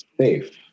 safe